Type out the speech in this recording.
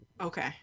okay